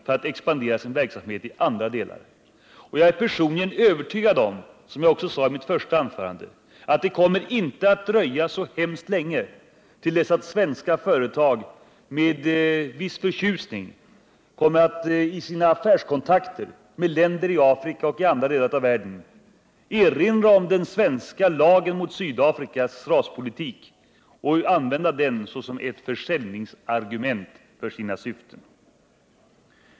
Som jag också sade i mitt första anförande är jag övertygad om att det inte kommer att dröja så särskilt länge innan svenska företag med viss förtjusning kommer att i sina affärskontakter med länder i Afrika och andra delar av världen erinra om den svenska lagen mot Sydafrikas raspolitik och använda den såsom ett försäljningsargument för sina syften.